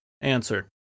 answer